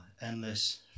endless